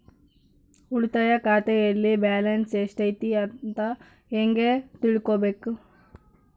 ಉಳಿತಾಯ ಖಾತೆಯಲ್ಲಿ ಬ್ಯಾಲೆನ್ಸ್ ಎಷ್ಟೈತಿ ಅಂತ ಹೆಂಗ ತಿಳ್ಕೊಬೇಕು?